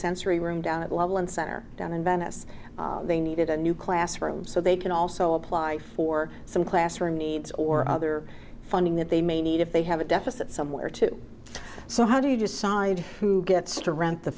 multisensory room down at loveland center down in venice they needed a new classroom so they can also apply for some classroom needs or other funding that they may need if they have a deficit somewhere too so how do you decide who gets to run the